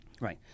Right